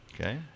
Okay